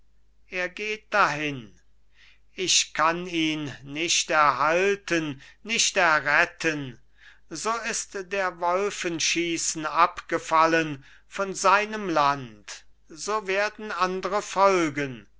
er geht dahin ich kann ihn nicht erhalten nicht erretten so ist der wolfenschiessen abgefallen von seinem land so werden andre folgen